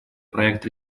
проект